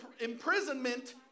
imprisonment